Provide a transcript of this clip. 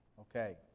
Okay